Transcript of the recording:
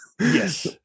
Yes